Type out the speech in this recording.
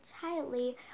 tightly